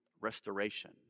restoration